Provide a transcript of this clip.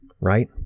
right